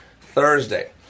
Thursday